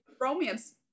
romance